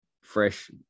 fresh